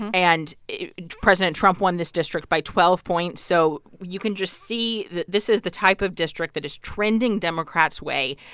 and president trump won this district by twelve points. so you can just see that this is the type of district that is trending democrats' way.